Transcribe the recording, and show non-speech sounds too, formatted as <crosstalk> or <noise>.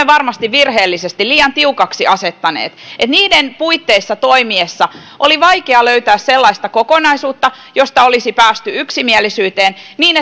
<unintelligible> varmasti virheellisesti liian tiukaksi asettaneet että niiden puitteissa toimiessa oli vaikea löytää sellaista kokonaisuutta josta olisi päästy yksimielisyyteen niin <unintelligible>